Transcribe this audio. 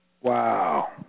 Wow